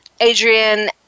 Adrian